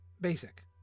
basic